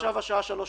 עכשיו השעה 15:30,